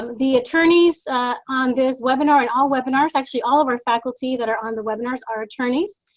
the attorneys on this webinar and all webinars actually, all of our faculty that are on the webinars are attorneys.